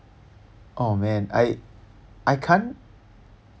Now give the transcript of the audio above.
oh man I I can't